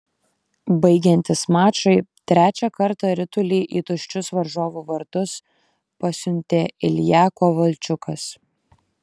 baigiantis mačui trečią kartą ritulį į tuščius varžovų vartus pasiuntė ilja kovalčiukas